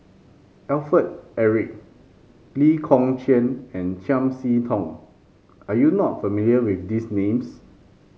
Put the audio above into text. Alfred Eric Lee Kong Chian and Chiam See Tong are you not familiar with these names